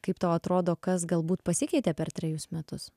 kaip tau atrodo kas galbūt pasikeitė per trejus metus